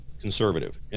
conservative